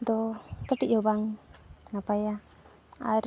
ᱫᱚ ᱠᱟᱹᱴᱤᱡᱽ ᱦᱚᱸ ᱵᱟᱝ ᱱᱟᱯᱟᱭᱟ ᱟᱨ